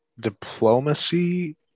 diplomacy